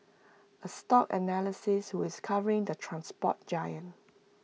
A stock analyst with covering the transport giant